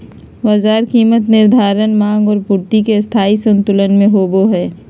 बाजार कीमत निर्धारण माँग और पूर्ति के स्थायी संतुलन से होबो हइ